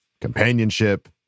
companionship